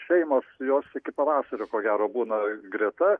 šeimos jos iki pavasario ko gero būna greta